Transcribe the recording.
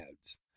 ads